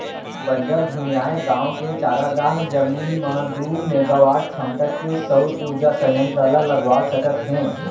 बंजर भुइंयाय गाँव के चारागाह जमीन म दू मेगावाट छमता के सउर उरजा संयत्र ल लगवा सकत हे